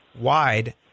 wide